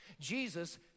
Jesus